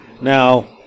Now